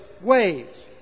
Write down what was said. ways